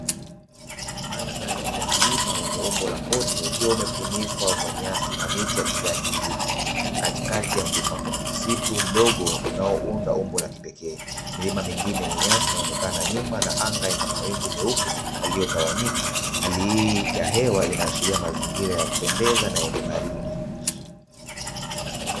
Madhari ya mlima wenye umbo la koni ukiwa umefunikwa kwa nyasi na miti ya kijani kibichi katikati ya mlima kuna msitu mdogo unaounda umbo la kipekee milima mingine yenye nyasi inaonekana nyuma na anga ina mawingu meupe yaliyotawanyika hali hii ya hewa inaashiria mazingira ya kupendeza na yenye baridi.